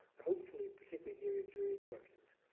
hopefully particularly in the area of jury instructions.